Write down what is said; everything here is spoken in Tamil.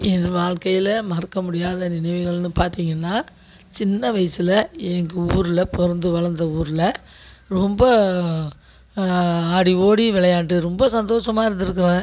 என் வாழ்க்கையில் மறக்க முடியாத நினைவுகள்ன்னு பார்த்திங்கன்னா சின்ன வயசில் எங்கள் ஊரில் பிறந்து வளர்ந்த ஊரில் ரொம்ப ஆடி ஓடி விளையாண்டு ரொம்ப சந்தோசமாக இருந்திருக்கிறேன்